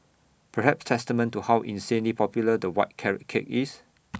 perhaps testament to how insanely popular the white carrot cake is